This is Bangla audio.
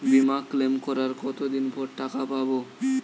বিমা ক্লেম করার কতদিন পর টাকা পাব?